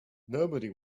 nobody